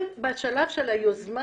בשלב היוזמה